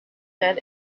men